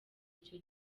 icyo